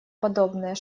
подобные